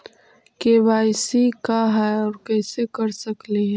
KYC का है, और कैसे कर सकली हे?